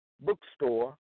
bookstore